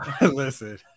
listen